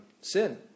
Sin